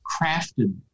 crafted